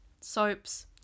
soaps